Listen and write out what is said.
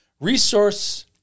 resource